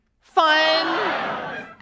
fun